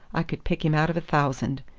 i could pick him out of a thousand.